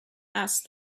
asked